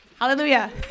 hallelujah